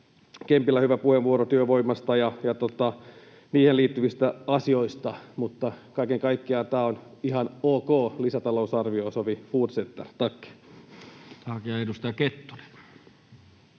Kempillä hyvä puheenvuoro työvoimasta ja niihin liittyvistä asioista. Mutta kaiken kaikkiaan tämä on ihan ok lisätalousarvio. Så vi fortsätter. — Tack. Tack. — Ja edustaja Kettunen.